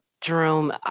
Jerome